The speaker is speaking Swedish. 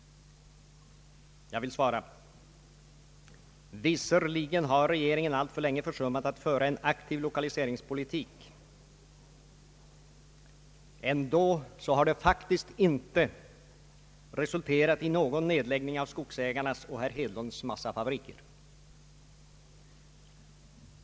Jag vill svara: Visserligen har regeringen alltför länge försummat att föra en aktiv lokaliseringspolitik, men det har faktiskt inte resulterat i någon nedläggning av skogsägarnas och herr Hedlunds massafabriker.